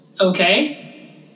okay